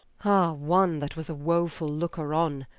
ah, one that was a wofull looker on,